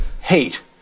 hate